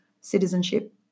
citizenship